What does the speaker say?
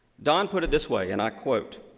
don put it this way, and i quote,